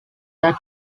that